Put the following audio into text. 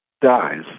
dies